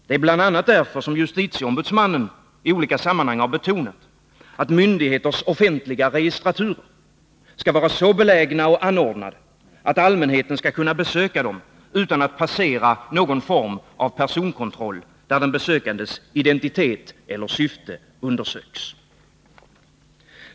Det är bl.a. därför justitieombudsmannen i olika sammanhang har betonat att myndigheters offentliga registraturer skall vara så belägna och anordnade att allmänheten skall kunna besöka dem utan att passera någon form av personkontroll, där den besökandes identitet eller syfte undersöks.